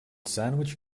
sandwich